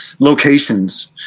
locations